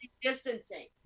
distancing